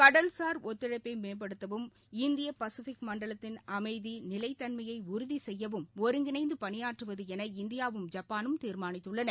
கடல்சார் ஒத்துழைப்பை மேம்படுத்தவும் இந்திய பசிபிக் மண்டலத்தின் அமைதி நிலைத்தன்மையை உறுதி செப்யவும் ஒருங்கிணைந்து பணியாற்றுவது என இந்தியாவும் ஜப்பானும் தீர்மானித்துள்ளன